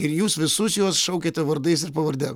ir jūs visus juos šaukiate vardais ir pavardėm